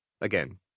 Again